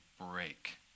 break